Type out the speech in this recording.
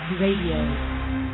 Radio